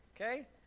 okay